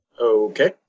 Okay